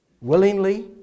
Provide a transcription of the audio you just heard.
Willingly